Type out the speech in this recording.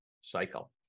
cycle